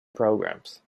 programs